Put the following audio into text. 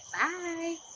bye